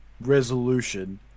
resolution